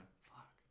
Fuck